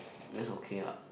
that is okay ah